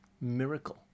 miracle